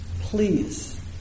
Please